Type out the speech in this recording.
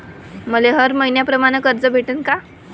मले हर मईन्याप्रमाणं कर्ज भेटन का?